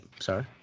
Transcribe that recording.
Sorry